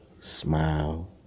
Smile